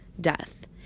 death